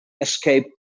escape